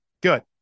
Good